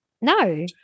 No